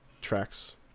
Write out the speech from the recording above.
tracks